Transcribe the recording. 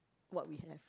what we have